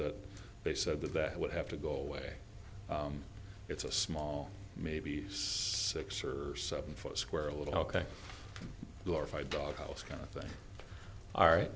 that they said that that would have to go away it's a small maybe six or seven foot square a little glorified doghouse kind of thing are